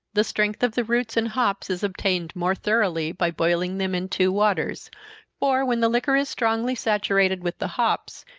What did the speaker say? the strength of the roots and hops is obtained more thoroughly by boiling them in two waters for, when the liquor is strongly saturated with the hops,